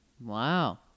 Wow